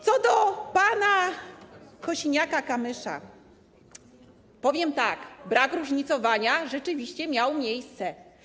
Co do wypowiedzi pana Kosiniaka-Kamysza powiem tak: brak różnicowania rzeczywiście miał miejsce.